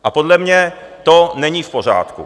A podle mě to není v pořádku.